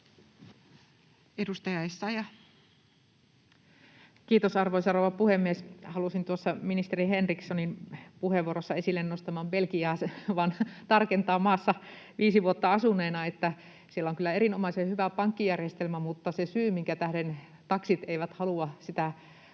14:58 Content: Kiitos, arvoisa rouva puhemies! Halusin vain tarkentaa ministeri Henrikssonin puheenvuorossaan esille nostamaan Belgiaan liittyen maassa viisi vuotta asuneena, että siellä on kyllä erinomaisen hyvä pankkijärjestelmä, mutta se syy, minkä tähden taksit eivät halua käyttää